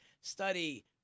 study